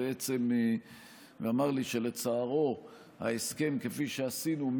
הוא אמר לי שלצערו ההסכם כפי שעשינו אותו,